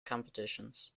competitions